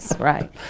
Right